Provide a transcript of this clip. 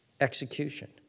execution